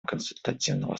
консультативного